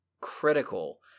critical